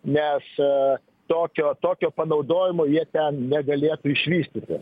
nes tokio tokio panaudojimo jie ten negalėtų išvystyti